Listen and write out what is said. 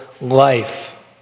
life